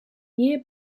year